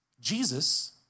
Jesus